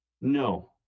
No